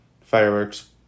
Fireworks